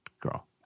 girl